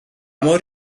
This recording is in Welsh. mor